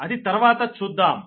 అది తర్వాత చూద్దాం